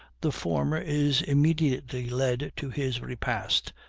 the former is immediately led to his repast,